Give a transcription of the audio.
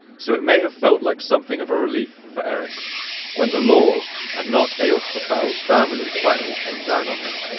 so, it may have felt like something of a relief for erik when the law and not eyjolf the foul's family finally came down on him.